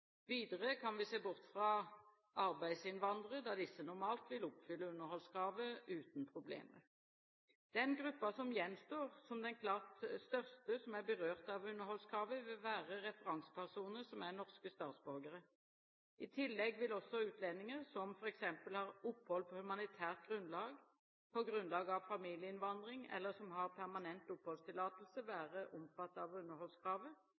uten problemer. Den gruppen som gjenstår som den klart største som er berørt av underholdskravet, vil være referansepersoner som er norske statsborgere. I tillegg vil også utlendinger, som f.eks. har opphold på humanitært grunnlag, på grunnlag av familieinnvandring eller som har permanent oppholdstillatelse, være omfattet av underholdskravet,